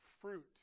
fruit